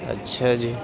اچھا جی